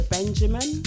Benjamin